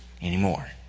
anymore